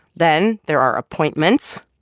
then there are appointments,